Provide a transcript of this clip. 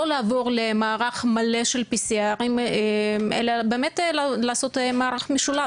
לא לעבור למערך מלא של PCR אלא באמת לעשות מערך משולב.